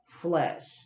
flesh